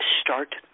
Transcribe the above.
start